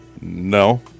No